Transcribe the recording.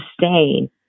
sustain